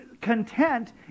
content